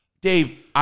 Dave